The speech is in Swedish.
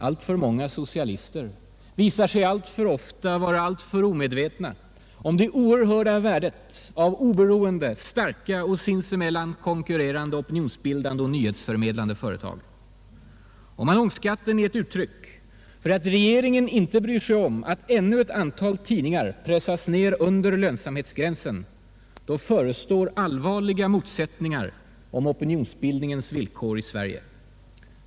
Alltför många socialister visar sig alltför ofta alltför omedvetna om det oerhörda värdet av oberoende, starka och sinsemellan konkurrerande opinionsbildande och nyhetsförmedlande företag. Om annonsskatten är ett uttryck för att regeringen inte bryr sig om att ännu ett antal tidningar pressas ned under lönsamhetsgränsen förestår allvarliga motsättningar om opinionsbildningens villkor i Sverige.